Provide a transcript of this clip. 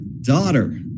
daughter